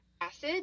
acid